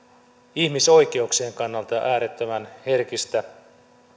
ihmisoikeuksien kannalta äärettömän herkistä